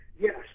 Yes